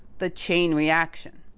the chain reaction.